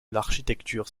l’architecture